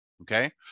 okay